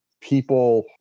people